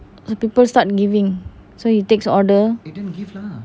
the people start giving so he takes order